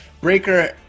Breaker